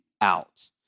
out